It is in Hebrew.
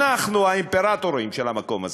אנחנו האימפרטורים של המקום הזה.